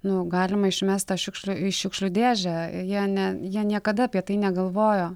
nu galima išmest tą šiukšlę į šiukšlių dėžę jie ne jie niekada apie tai negalvojo